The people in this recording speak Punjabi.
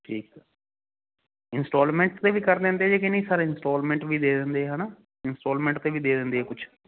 ਠੀਕ ਐ ਇੰਸਟੋਲਮੈਂਟਸ ਤੇ ਵੀ ਕਰ ਲੈਂਦੇ ਜੇ ਕੇ ਨਈਂ ਸਰ ਇੰਸਟੋਲਮੈਂਟ ਵੀ ਦੇ ਦਿੰਦੇ ਹੈਨਾ ਇੰਸਟੋਲਮੈਂਟ ਤੇ ਵੀ ਦੇ ਦਿੰਦੇ ਕੁਛ